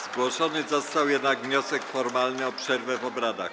Zgłoszony został jednak wniosek formalny o przerwę w obradach.